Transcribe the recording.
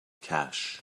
cash